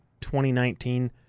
2019